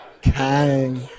Kang